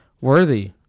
worthy